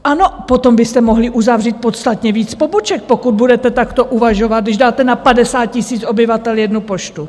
Ano, potom byste mohli uzavřít podstatně víc poboček, pokud budete takto uvažovat, když dáte na 50 000 obyvatel jednu poštu.